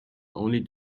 only